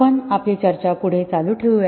आपण आपली चर्चा पुढे चालू ठेवूया